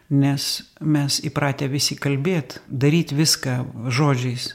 nes mes įpratę visi įkalbėt daryt viską žodžiais